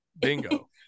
Bingo